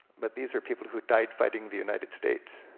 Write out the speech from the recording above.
but these are people who died fighting the united states.